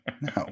No